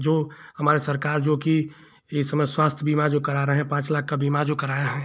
जो हमारे सरकार जोकि इस समय स्वास्थ्य बीमा जो करा रही है पाँच लाख का बीमा जो कराया है